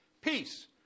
peace